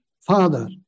father